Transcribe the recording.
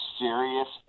serious